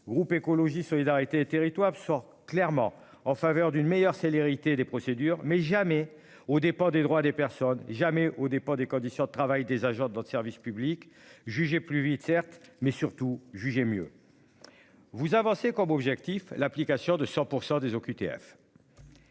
groupe écologiste solidarité et territoires sort clairement en faveur d'une meilleure célérité des procédures mais jamais aux dépens des droits des personnes jamais au dépend des conditions de travail des agents dans le service public jugé plus vite certes mais surtout jugé mieux. Vous avanciez comme objectif l'application de 100% des OQTF.--